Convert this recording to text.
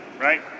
right